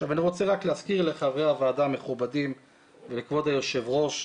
אני רוצה רק להזכיר לחברי הוועדה המכובדים ולכבוד היושב ראש,